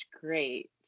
great